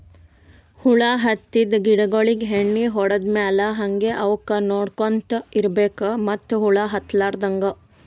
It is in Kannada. ಹುಳ ಹತ್ತಿದ್ ಗಿಡಗೋಳಿಗ್ ಎಣ್ಣಿ ಹೊಡದ್ ಮ್ಯಾಲ್ ಹಂಗೆ ಅವಕ್ಕ್ ನೋಡ್ಕೊಂತ್ ಇರ್ಬೆಕ್ ಮತ್ತ್ ಹುಳ ಹತ್ತಲಾರದಂಗ್